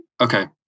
Okay